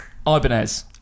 Ibanez